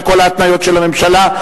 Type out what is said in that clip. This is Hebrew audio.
לכל ההתניות של הממשלה.